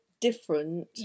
different